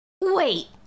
Wait